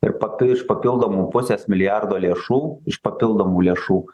ir papil iš papildomų pusės milijardo lėšų iš papildomų lėšų